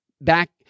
back